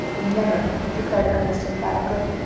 never! declared ernest emphatically.